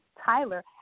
Tyler